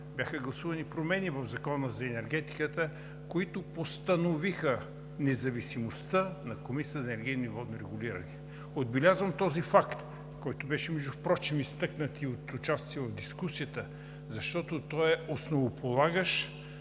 бяха гласувани промени в Закона за енергетиката, които постановиха независимостта на Комисията за енергийно и водно регулиране. Отбелязвам този факт, който беше впрочем изтъкнат в дискусията, защото той е основополагащ